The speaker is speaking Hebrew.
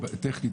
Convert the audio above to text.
טכנית,